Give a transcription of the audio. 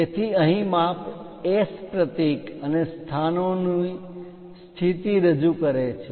તેથી અહીં માપ S પ્રતીક અને સ્થાનોનું સ્થિતિ રજૂ કરે છે